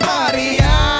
Maria